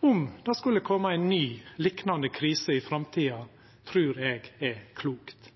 om det skulle koma ei ny, liknande krise i framtida, trur eg er klokt,